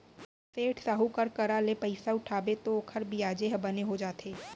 सेठ, साहूकार करा ले पइसा उठाबे तौ ओकर बियाजे ह बने हो जाथे